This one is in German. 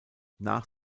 nach